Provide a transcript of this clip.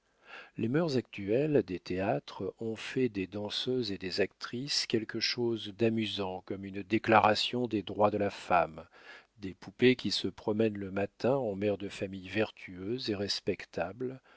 les mœurs actuelles des théâtres ont fait des danseuses et des actrices quelque chose d'amusant comme une déclaration des droits de la femme des poupées qui se promènent le matin en mères de famille vertueuses et respectables